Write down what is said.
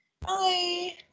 Bye